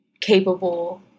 capable